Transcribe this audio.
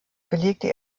belegte